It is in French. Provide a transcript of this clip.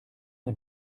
des